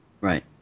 right